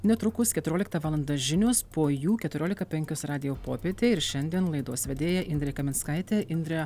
netrukus keturioliktą valandą žinios po jų keturiolika penkios radijo popietė ir šiandien laidos vedėja indrė kaminskaitė indrė